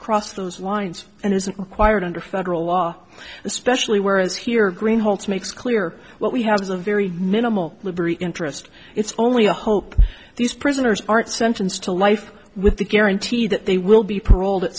cross those lines and isn't required under federal law especially whereas here green holds makes clear what we have is a very minimal liberty interest it's only a hope these prisoners aren't sentenced to life with the guarantee that they will be paroled at